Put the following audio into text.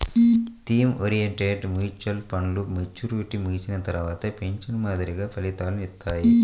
theme oriented mutual ఫండ్లు maturity ముగిసిన తర్వాత పెన్షన్ మాదిరిగా ఫలితాలనిత్తాయి